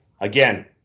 Again